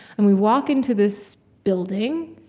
and we walk into this building,